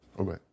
Okay